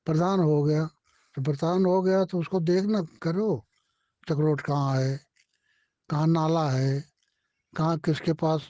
प्रधान हो गया तो प्रधान हो गया तो उसको देख ना करो तब रोट कहाँ है कहाँ नाला है कहाँ किसके पास